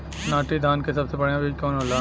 नाटी धान क सबसे बढ़िया बीज कवन होला?